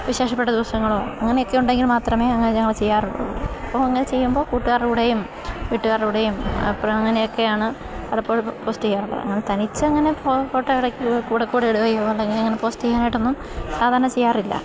വിശേഷപ്പെട്ട ദിവസങ്ങളോ അങ്ങനെയൊക്കെ ഉണ്ടെങ്കിൽ മാത്രമേ അങ്ങനെ ഞങ്ങൾ ചെയ്യാറുള്ളൂ അപ്പോൾ അങ്ങനെ ചെയ്യുമ്പോൾ കൂട്ടുകാരുടെ കൂടെയും വീട്ടുകാരുടെ കൂടെയും അപ്പോൾ അങ്ങനെയൊക്കെയാണ് പലപ്പോഴും പോസ്റ്റ് ചെയ്യാറുള്ളത് അങ്ങനെ തനിച്ച് അങ്ങനെ ഫോട്ടോ എടുക്കയോ കൂടെ കൂടെ ഇടുകയോ അല്ലെങ്കിൽ അങ്ങനെ പോസ്റ്റ് ചെയ്യാനായിട്ടൊന്നും സാധാരണ ചെയ്യാറില്ല